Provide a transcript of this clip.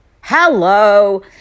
Hello